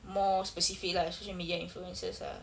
more specific lah social media influences ah